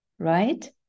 Right